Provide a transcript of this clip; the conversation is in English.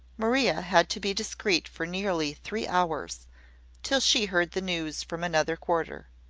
maria had to be discreet for nearly three hours till she heard the news from another quarter.